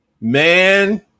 man